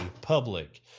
public